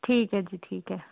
ਠੀਕ ਹੈ ਜੀ ਠੀਕ ਹੈ